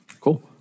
Cool